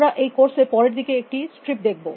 আমরা এই কোর্স এ পরের দিকে একটি স্ট্রিপ দেখব